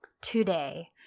today